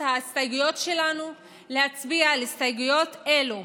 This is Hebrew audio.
ההסתייגות שלנו ובהצבעה על הסתייגויות אלה.